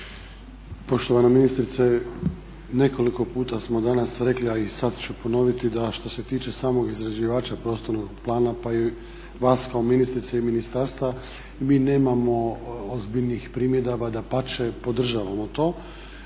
Poštovana ministrice, nekoliko puta smo danas rekli, a i sad ću ponoviti da što se tiče samog izrađivača prostornog plana pa i vas kao ministrice i ministarstva mi nemao ozbiljnih primjedaba, dapače podržavamo to.